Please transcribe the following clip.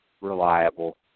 reliable